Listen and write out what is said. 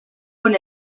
con